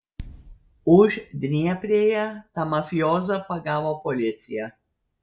uždnieprėje tą mafijozą pagavo policija